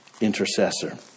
intercessor